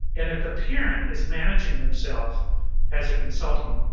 and if the parent is managing themselves as a consultant,